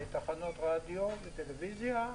תחנות רדיו וטלוויזיה,